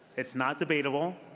it's not debated um